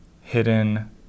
hidden